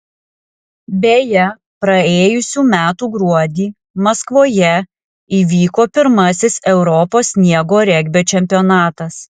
beje praėjusių metų gruodį maskvoje įvyko pirmasis europos sniego regbio čempionatas